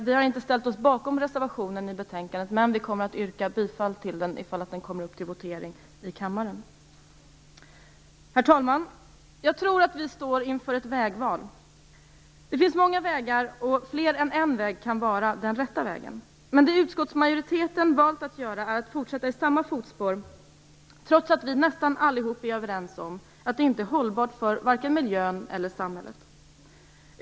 Vi har inte ställt oss bakom den, men vi kommer att rösta för den om den kommer upp till votering i kammaren. Herr talman! Jag tror att vi står inför ett vägval. Det finns många vägar, och mer än en kan vara den rätta. Men utskottsmajoriteten har valt att fortsätta i samma fotspår, trots att vi nästan allihop är överens om att det inte är hållbart för vare sig miljön eller samhället.